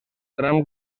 tram